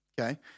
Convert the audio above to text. Okay